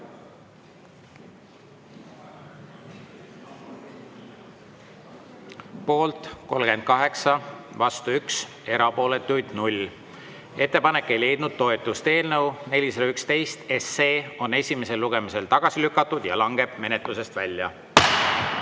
Poolt 38, vastu 1, erapooletuid 0, ettepanek ei leidnud toetust. Eelnõu 411 on esimesel lugemisel tagasi lükatud ja langeb menetlusest välja.